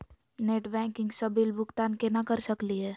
Net banking स bill भुगतान केना कर सकली हे?